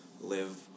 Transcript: live